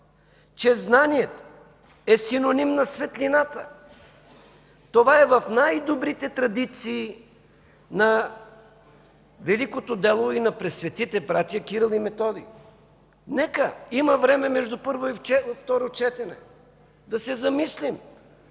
че знанието е синоним на светлината. Това е в най-добрите традиции на великото дело и на пресветите братя Кирил и Методий. Нека, има време между първо и второ четене, да се замислим.